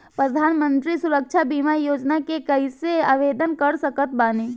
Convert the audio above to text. प्रधानमंत्री सुरक्षा बीमा योजना मे कैसे आवेदन कर सकत बानी?